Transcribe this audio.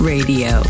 Radio